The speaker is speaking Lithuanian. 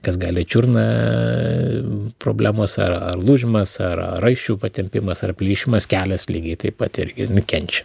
kas gali čiurną problemas ar ar lūžimas ar ar raiščių patempimas ar plyšimas kelias lygiai taip pat irgi nukenčia